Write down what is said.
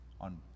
on